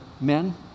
men